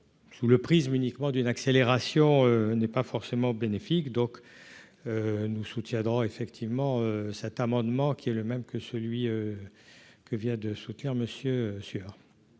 sous le prisme uniquement d'une accélération n'est pas forcément bénéfique, donc nous soutiendrons effectivement cet amendement, qui est le même que celui que vient de soutenir monsieur